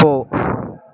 போ